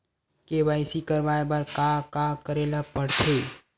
KYC करवाय बर का का करे ल पड़थे?